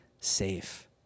safe